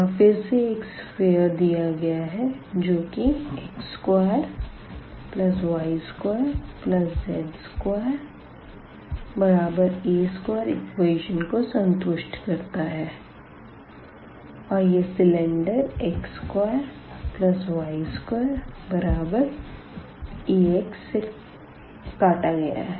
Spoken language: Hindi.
यहाँ फिर से एक सफ़ियर दिया गया है जो की x2y2z2a2 इक्वेशन को संतुष्ट करता है और यह सिलेंडर x2y2ax से काटा गया है